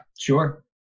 Sure